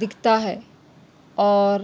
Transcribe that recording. دکھتا ہے اور